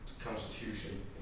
constitution